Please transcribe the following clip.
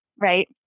right